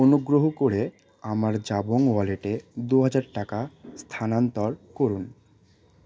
অনুগ্রহ করে আমার জাবং ওয়ালেটে দু হাজার টাকা স্থানান্তর করুন